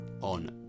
on